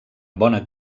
bona